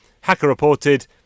Hacker-reported